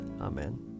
Amen